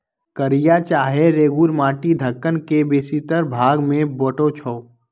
कारिया चाहे रेगुर माटि दक्कन के बेशीतर भाग में भेटै छै